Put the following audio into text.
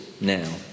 now